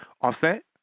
Offset